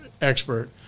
expert